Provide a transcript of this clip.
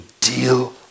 deal